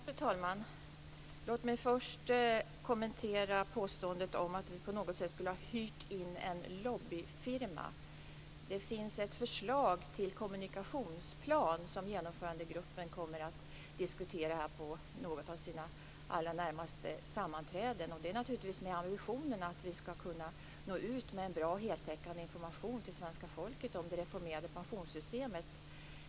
Fru talman! Låt mig först kommentera påståendet om att vi skulle ha hyrt in en lobbyfirma. Det finns ett förslag till kommunikationsplan som genomförandegruppen kommer att diskutera på något av sina allra närmaste sammanträden. Ambitionen är naturligtvis att vi skall kunna nå ut med en bra heltäckande information till svenska folket om det reformerade pensionssystemet.